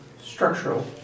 structural